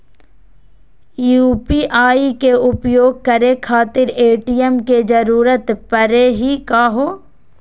UPI के उपयोग करे खातीर ए.टी.एम के जरुरत परेही का हो?